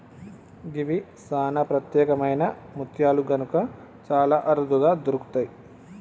గివి సానా ప్రత్యేకమైన ముత్యాలు కనుక చాలా అరుదుగా దొరుకుతయి